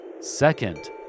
Second